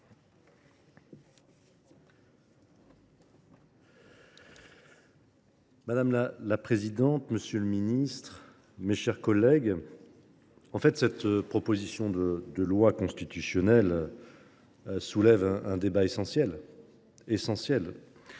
Madame la présidente, monsieur le garde des sceaux, mes chers collègues, cette proposition de loi constitutionnelle soulève un débat essentiel